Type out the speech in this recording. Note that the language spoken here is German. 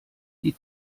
die